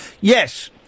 Yes